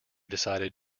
decided